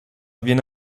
viene